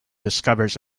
discovers